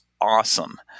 awesome